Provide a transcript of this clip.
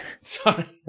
Sorry